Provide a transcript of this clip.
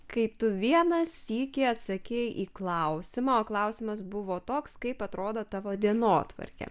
kai tu vieną sykį atsakei į klausimą o klausimas buvo toks kaip atrodo tavo dienotvarkė